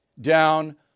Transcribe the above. down